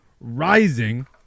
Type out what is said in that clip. rising